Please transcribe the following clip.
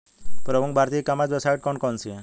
प्रमुख भारतीय e commerce website कौन कौन सी हैं?